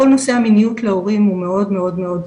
כל נושא המיניות להורים הוא מאוד מאוד מאוד,